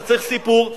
אתה צריך סיפור,